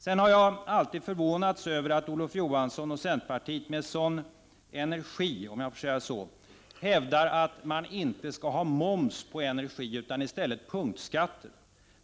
Sedan har jag alltid förvånats över att Olof Johansson och centerpartiet med sådan energi — om jag får säga så — hävdar att man inte skall ha moms på energi utan i stället punktskatter.